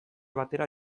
batera